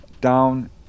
down